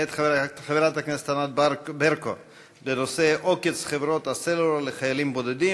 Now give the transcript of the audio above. מאת חברת הכנסת ענת ברקו בנושא: עוקץ חברות הסלולר לחיילים בודדים.